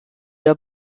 der